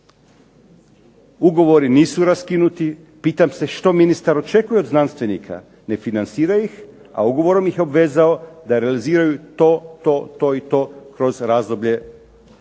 ugovori nisu raskinuti. Pitam se što ministar očekuje od znanstvenika, ne financira ih, a ugovorom ih je obvezao da realiziraju to, to, to i to kroz razdoblje